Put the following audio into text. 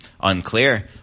unclear